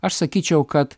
aš sakyčiau kad